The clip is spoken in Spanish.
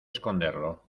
esconderlo